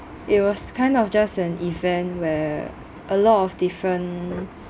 it was kind of just an event where a lot of different